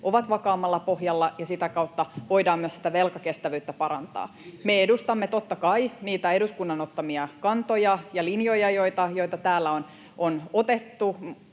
ovat vakaammalla pohjalla ja sitä kautta voidaan myös velkakestävyyttä parantaa. Me edustamme totta kai niitä eduskunnan ottamia kantoja ja linjoja, joita täällä on otettu.